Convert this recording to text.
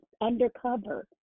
undercover